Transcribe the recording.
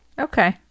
okay